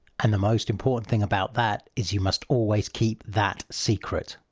and the most important thing about that is you must always keep that secret.